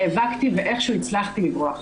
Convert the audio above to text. נאבקתי ואיכשהו הצלחתי לברוח.